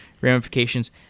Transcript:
ramifications